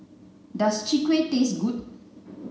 does chwee kueh taste good